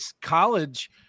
college